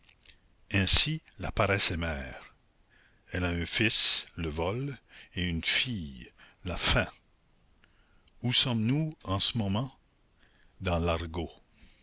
ainsi la paresse est mère elle a un fils le vol et une fille la faim où sommes-nous en ce moment dans l'argot